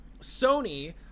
Sony